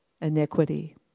iniquity